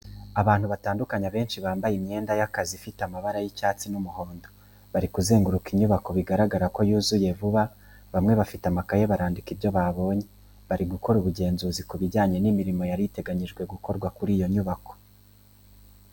Abantu batandukanye abenshi bambaye imyenda y'akazi ifite amabara y'icyatsi n'umuhondo, bari kuzenguruka inyubako bigaragara ko yuzuye vuba bamwe bafite amakayi barandika ibyo babonye bari gukora ubugenzuzi ku bijyanye n'imirimo yari iteganyijwe gukorwa kuri iyo nyubako.